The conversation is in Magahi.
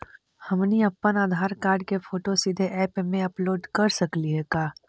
हमनी अप्पन आधार कार्ड के फोटो सीधे ऐप में अपलोड कर सकली हे का?